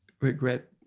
regret